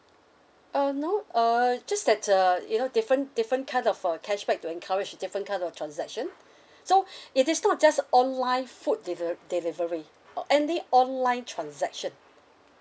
uh no uh just that uh you know different different kind of uh cashback to encourage different kind of transaction so it is not just online food delive~ delivery o~ any online transaction